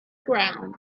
ground